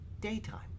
daytime